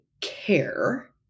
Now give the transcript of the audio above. care